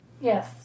Yes